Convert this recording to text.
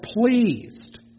pleased